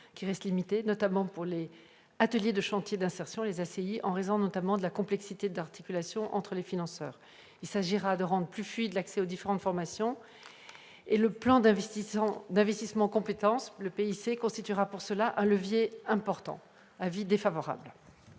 lequel reste limité notamment pour ce qui concerne les ateliers et chantiers d'insertion, les ACI, en raison de la complexité de l'articulation entre les financeurs. Il s'agira de rendre plus fluide l'accès aux différentes formations. Le plan d'investissement des compétences, le PIC, constituera à cet égard un levier important. L'avis est donc défavorable.